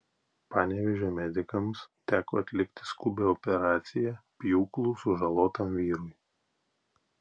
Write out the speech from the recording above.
panevėžio medikams teko atlikti skubią operaciją pjūklu sužalotam vyrui